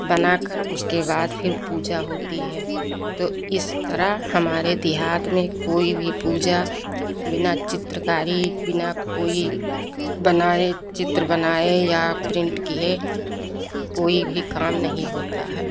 बनाकर फिर उसके बाद पूजा होती है तो इस तरह हमारे देहात में कोई भी पूजा बिना चित्रकारी बिना कोई बनाए चित्र बनाए या प्रिंट किए कोई भी काम नहीं होता है